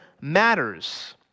matters